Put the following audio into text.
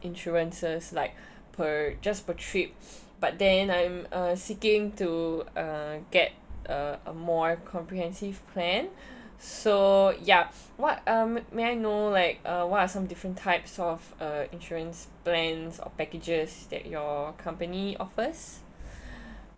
insurances like per just for trip but then I am uh seeking to uh get uh a more comprehensive plan so yup what um may I know like uh what are some different types of uh insurance plans or packages that your company offers